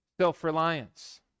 Self-reliance